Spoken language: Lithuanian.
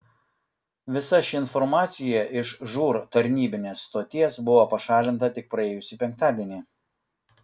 visa ši informacija iš žūr tarnybinės stoties buvo pašalinta tik praėjusį penktadienį